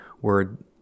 Word